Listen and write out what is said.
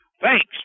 Thanks